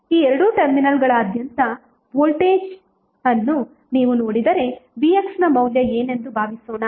ಈ ಎರಡು ಟರ್ಮಿನಲ್ಗಳಾದ್ಯಂತ ವೋಲ್ಟೇಜ್ ಅನ್ನು ನೀವು ನೋಡಿದರೆ vx ನ ಮೌಲ್ಯ ಏನೆಂದು ಭಾವಿಸೋಣ